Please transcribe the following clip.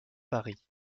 paris